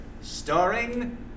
starring